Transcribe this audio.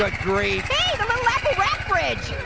ah grief. hey, the little apple rap bridge.